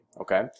Okay